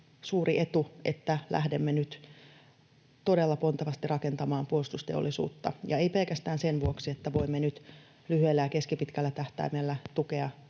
suuri etu, että lähdemme nyt todella pontevasti rakentamaan puolustusteollisuutta, eikä pelkästään sen vuoksi, että voimme nyt lyhyellä ja keskipitkällä tähtäimellä tukea